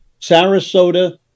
sarasota